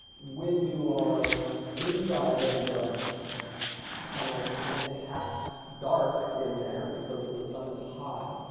when you are inside of the tunnels and it casts dark in there because the sun is high,